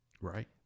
Right